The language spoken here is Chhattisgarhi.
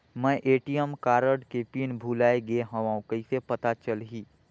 मैं ए.टी.एम कारड के पिन भुलाए गे हववं कइसे पता चलही?